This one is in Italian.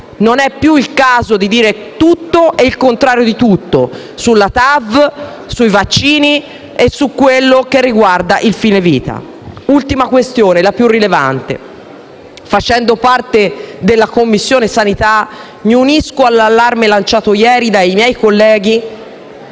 Non è più il caso di dire tutto e il contrario di tutto sulla TAV, sui vaccini e su quel che riguarda il fine vita. L'ultima questione è la più rilevante. Facendo parte della Commissione sanità, mi unisco all'allarme lanciato ieri dai miei colleghi